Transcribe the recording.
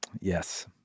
Yes